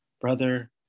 brother